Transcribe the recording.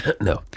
No